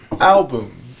album